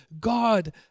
God